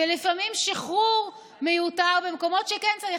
ולפעמים שחרור מיותר במקומות שכן צריך?